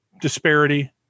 disparity